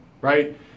right